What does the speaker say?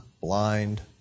blind